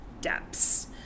depths